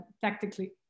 tactically